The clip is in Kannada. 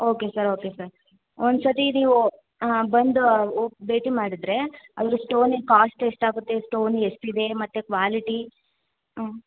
ಓಕೆ ಸರ್ ಓಕೆ ಸರ್ ಒಂದು ಸತಿ ನೀವೂ ಬಂದು ಭೇಟಿ ಮಾಡಿದ್ರೆ ಅದ್ರ ಸ್ಟೋನಿಗೆ ಕಾಸ್ಟ್ ಎಷ್ಟಾಗುತ್ತೆ ಸ್ಟೋನ್ ಎಷ್ಟಿದೆ ಮತ್ತು ಕ್ವಾಲಿಟಿ ಹ್ಞೂ